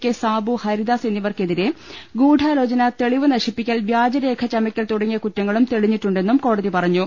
K Sabu Haridas എന്നി വർക്കെതിരെ ഗൂഢാലോചന തെളിവ് നശിപ്പിക്കൽ വ്യാജരേഖ ചമക്കൽ തുടങ്ങിയ കുറ്റങ്ങളും തെളിഞ്ഞിട്ടുണ്ടെന്നും കോടതി പറഞ്ഞു